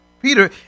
Peter